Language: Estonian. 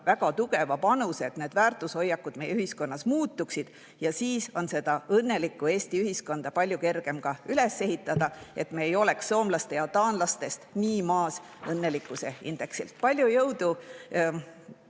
väga tugeva panuse, et väärtushoiakud meie ühiskonnas muutuksid. Ja siis on seda õnnelikku Eesti ühiskonda palju kergem ka üles ehitada, et me ei oleks soomlastest ja taanlastest õnnelikkuse indeksi poolest